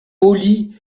poli